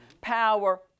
power